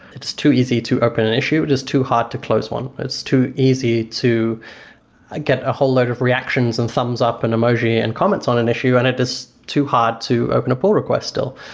it's too easy to open an issue. it is too hard to close one. it's too easy to get a whole load of reactions and thumbs up and emoji and comments on an issue and it is too hard to open a pull request still.